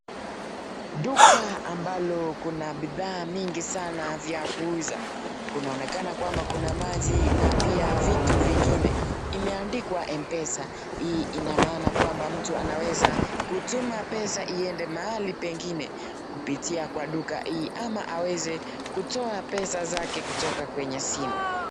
Duka ambalo kuna bidhaa mingi sana vya kuuza. Kunaonekana kwamba kuna maji na pia vitu vingine. Imeandikwa M-PESA, hii ina maana kwamba mtu anaweza kutuma pesa iende mahali pengine kupitia kwa duka hii ama aweze kutoa pesa zake kutoka kwenye simu.